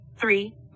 Three